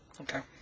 okay